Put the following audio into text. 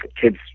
kids